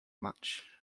much